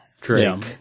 Drake